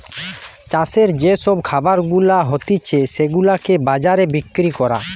চাষের যে সব খাবার গুলা হতিছে সেগুলাকে বাজারে বিক্রি করা